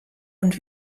und